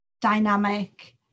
dynamic